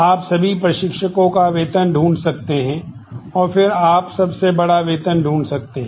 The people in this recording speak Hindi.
आप सभी प्रशिक्षकों का वेतन ढूंढ सकते हैं और फिर आप सबसे बड़ा वेतन ढूंढ सकते हैं